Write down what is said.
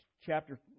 chapter